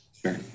Sure